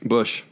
Bush